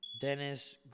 Dennis